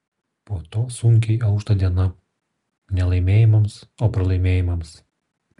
po to sunkiai aušta diena ne laimėjimams o pralaimėjimams